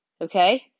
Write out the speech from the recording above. okay